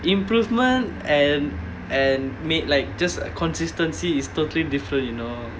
improvement and and made like just consistency is totally different you know